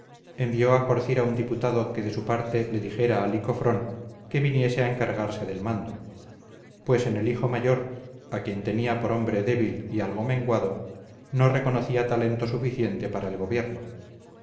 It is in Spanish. envió a corcira un diputado que de su parte le dijera a licofrón que viniese a encargarse del mando pues en el hijo mayor a quien tenía por hombre débil y algo menguado no reconocía talento suficiente para el gobierno